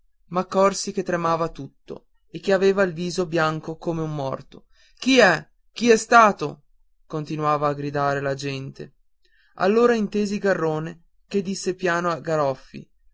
me m'accorsi che tremava tutto e che avea il viso bianco come un morto chi è chi è stato continuava a gridare la gente allora intesi garrone che disse piano a